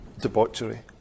debauchery